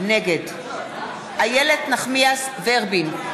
נגד איילת נחמיאס ורבין,